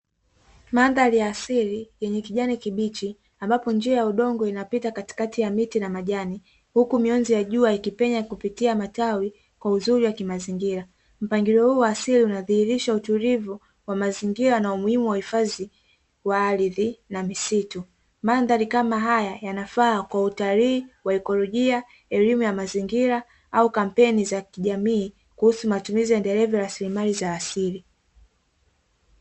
Mandhari ya asili yenye kijani kibichi ambapo njia ya udongo inapita katikati ya miti na majani, huku mionzi ya jua ikipenya kupitia matawi kwa uzuri wa kimazingira. Mpangilio huu wa asili unadhihirisha utulivu wa mazingira na umuhimu wa hifadhi ya ardhi na misitu. Mandhari kama haya yanafaa kwa utalii wa ekolojia, elimu ya mazingira au kampeni za kijamii kuhusu matumizi endelevu ya rasilimali za asili.